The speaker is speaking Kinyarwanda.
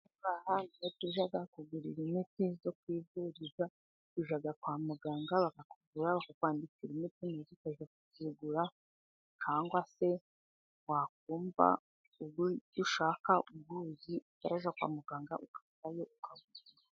Aha ni ho tujya kugurira imiti yo kwivuza. Tujya kwa muganga bakakuvura bakakwandikira imiti, maze ukajya kuyigura cyangwa se wakumva iyo ushaka uyizi uturibuge kwa muganga, uraza ukawugura.